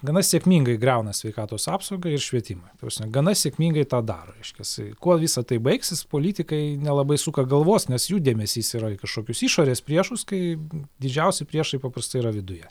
gana sėkmingai griauna sveikatos apsaugą ir švietimą ta prasme gana sėkmingai tą daro reiškiasi kuo visa tai baigsis politikai nelabai suka galvos nes jų dėmesys yra į kažkokius išorės priešus kai didžiausi priešai paprastai yra viduje